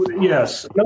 yes